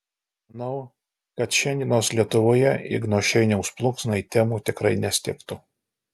manau kad šiandienos lietuvoje igno šeiniaus plunksnai temų tikrai nestigtų